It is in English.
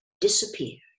disappeared